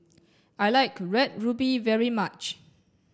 I like red ruby very much